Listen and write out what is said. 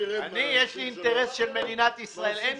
יש לי אינטרס של מדינת ישראל.